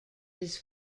his